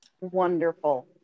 wonderful